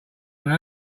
know